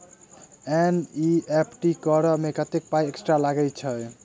NEFT करऽ मे कत्तेक पाई एक्स्ट्रा लागई छई?